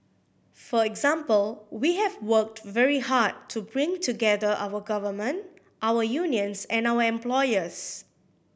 for example we have worked very hard to bring together our government our unions and our employers